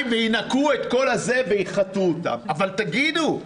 וינקו הכול ויחטאו, אבל תגידו.